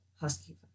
husky